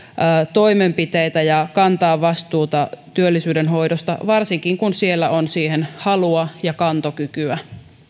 toimenpiteitä ja kantaa vastuuta työllisyyden hoidosta varsinkin kun siellä on siihen halua ja kantokykyä